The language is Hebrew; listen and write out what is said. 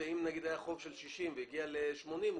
היה חוב של 60,000 והגיע ל-80,000 שקלים,